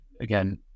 again